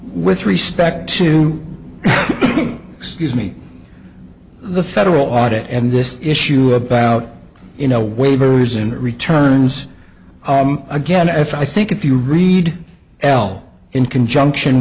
with respect to excuse me the federal audit and this issue about you know waivers and returns again if i think if you read l in conjunction